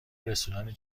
رستوران